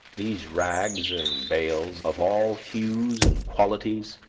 these rags in bales, of all hues and qualities,